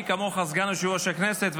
אני כמוך סגן יושב-ראש הכנסת,